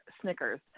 Snickers